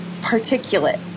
particulate